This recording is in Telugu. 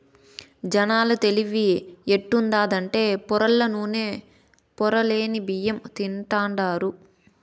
జనాల తెలివి ఎట్టుండాదంటే పొరల్ల నూనె, పొరలేని బియ్యం తింటాండారు